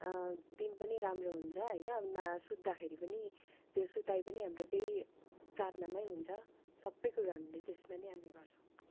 दिन पनि राम्रो हुन्छ होइन न सुत्दाखेरि पनि त्यो सुताइ पनि हाम्रो त्यही प्रार्थनामै हुन्छ सबै कुरा हामीले त्यसमा नै हामी गर्छौँ